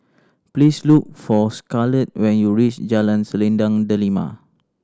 please look for Scarlet when you reach Jalan Selendang Delima